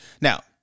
Now